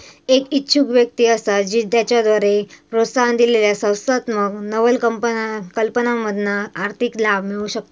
एक इच्छुक व्यक्ती असा जी त्याच्याद्वारे प्रोत्साहन दिलेल्या संस्थात्मक नवकल्पनांमधना आर्थिक लाभ मिळवु शकता